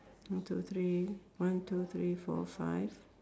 one two three one two three four five